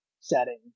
setting